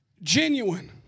genuine